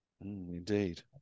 Indeed